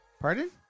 Pardon